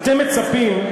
אתם מצפים,